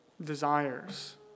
desires